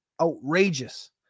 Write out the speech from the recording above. outrageous